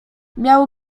miał